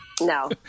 No